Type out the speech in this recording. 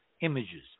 images